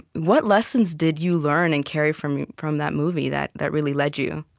what lessons did you learn and carry from from that movie that that really led you?